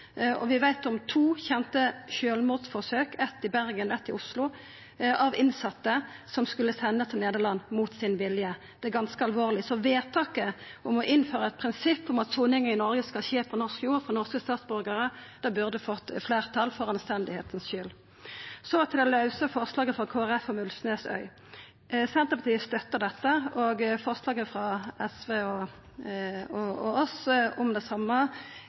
anna. Vi veit om to kjente sjølvmordsforsøk – eitt i Bergen og eitt i Oslo – av innsette som skulle sendast til Nederland mot sin vilje. Det er ganske alvorleg. Så forslaget om å innføra eit prinsipp om at soning i Noreg for norske statsborgarar skal skje på norsk jord, burde fått fleirtal, av anstendigheit. Så til det lause forslaget frå Kristeleg Folkeparti om Ulvsnesøy. Senterpartiet støttar dette, og forslaget frå SV og Senterpartiet om det same